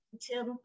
Tim